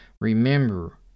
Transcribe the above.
Remember